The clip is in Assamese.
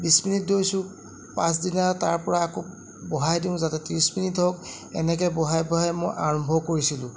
বিছ মিনিট দৌৰিছোঁ পাছদিনা তাৰপৰা আকৌ বঢ়াই দিওঁ যাতে ত্ৰিছ মিনিট হওঁক এনেকৈ বঢ়াই বঢ়াই মই আৰম্ভ কৰিছিলোঁ